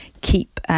keep